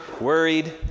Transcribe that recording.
worried